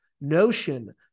notion